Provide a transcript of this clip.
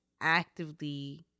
actively